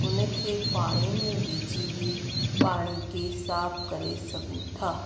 उन खे पाणी में विझी बि पाणी खे साफु करे सघूं था